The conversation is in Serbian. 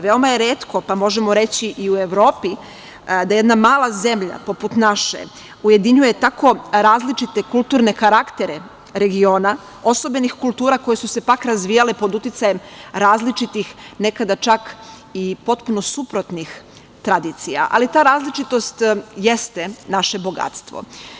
Veoma je retko, pa možemo reći i u Evropi, da jedna mala zemlja poput naše ujedinjuje tako različite kulturne karaktere regiona osobenih kultura koje su se pak razvijale pod uticajem različitih nekada i čak potpuno suprotnih tradicija, ali ta različitost jeste naše bogatstvo.